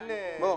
אדוני,